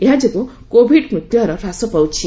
ଏହାଯୋଗୁଁ କୋବିଡ୍ ମୃତ୍ୟୁହାର ହ୍ରାସ ପାଉଛି